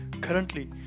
Currently